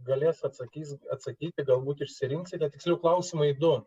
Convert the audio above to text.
galės atsakys atsakyti galbūt išsirinksite tiksliau klausimai du